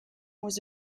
was